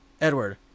Edward